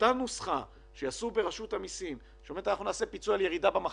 לאותה נוסחה שעשו ברשות המסים שאומרת שיעשו פיצוי על ירידה במחזורים.